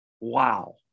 Wow